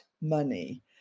money